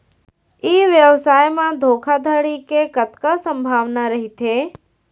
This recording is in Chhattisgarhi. ई व्यवसाय म धोका धड़ी के कतका संभावना रहिथे?